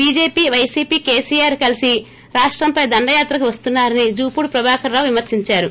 BJP YCP KCR కలిసి రాష్టంపై దండయాత్రకు వస్తున్నా రని జుపూడి ప్రభాకరరావు విమర్పించారు